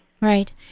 Right